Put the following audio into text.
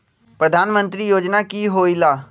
प्रधान मंत्री योजना कि होईला?